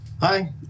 Hi